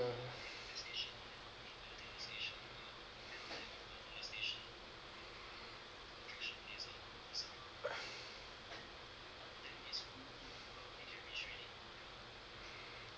mm